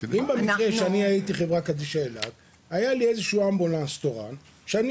אם הייתי חברה קדישא אילת אז היה לי אמבולנס תורן שאני